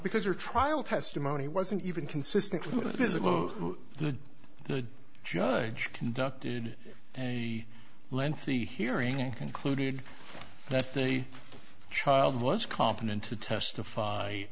because her trial testimony wasn't even consistent with the judge conducted a lengthy hearing and concluded that the child was competent to testify